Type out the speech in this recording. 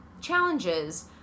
challenges